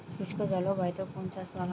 শুষ্ক জলবায়ুতে কোন চাষ ভালো হয়?